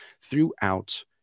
throughout